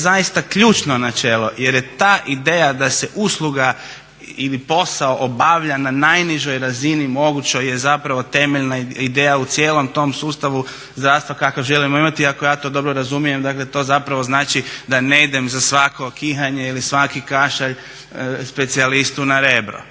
zaista ključno načelo, jer je ta ideja da se usluga ili posao obavlja na najnižoj razini mogućoj je zapravo temeljna ideja u cijelom tom sustavu zdravstva kakav želimo imati. Ako ja to dobro razumijem, dakle to zapravo znači da ne idem za svako kihanje ili svaki kašalj specijalistu na Rebro,